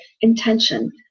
intention